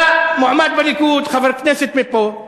היה מועמד בליכוד, חבר כנסת מפה.